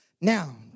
now